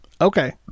Okay